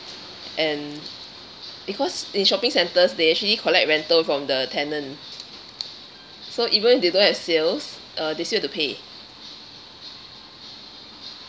and because in shopping centres they actually collect rental from the tenant so even if they don't have sales uh they still have to pay